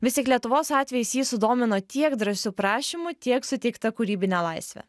vis tik lietuvos atvejis jį sudomino tiek drąsių prašymų tiek suteikta kūrybine laisve